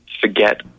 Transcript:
forget